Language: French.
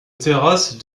terrasse